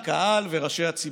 הקהל וראשי הציבור.